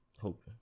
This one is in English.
Hope